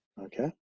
okay